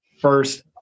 first